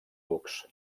ducs